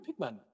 Pigman